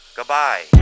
Goodbye